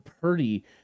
Purdy